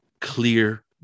clear